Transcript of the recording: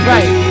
Right